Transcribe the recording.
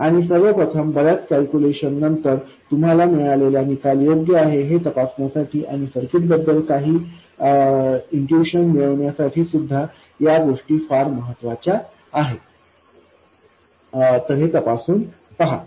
आणि सर्व प्रथम बऱ्याच कॅल्क्युलेशन नंतर तुम्हाला मिळालेला निकाल योग्य आहे हे तपासण्यासाठी आणि सर्किटबद्दल काही इन्टूशन मिळविण्यासाठी सुद्धा या गोष्टी फार महत्वाच्या आहेत तपासून पहा